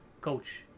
coach